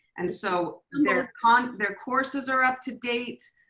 and so um their kind of their courses are up to date,